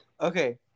Okay